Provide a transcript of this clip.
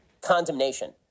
condemnation